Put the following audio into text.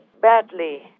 badly